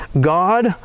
god